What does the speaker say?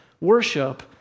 worship